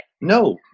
No